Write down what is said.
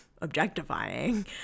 objectifying